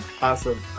awesome